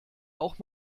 auch